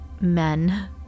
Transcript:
men